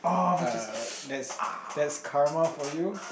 uh that's that's karma for you